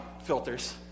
filters